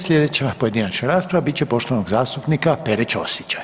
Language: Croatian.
Sljedeća pojedinačna rasprava bit će poštovanog zastupnika Pere Ćosića.